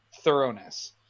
thoroughness